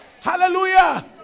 Hallelujah